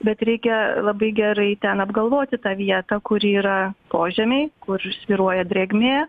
bet reikia labai gerai ten apgalvoti tą vietą kur yra požemiai kur svyruoja drėgmė